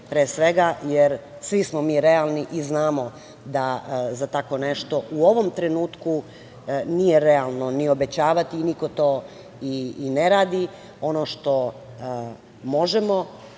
pre svega, jer svi smo mi realni i znamo da tako nešto u ovom trenutku nije realno ni obećavati, niko to i ne radi. Ono što možemo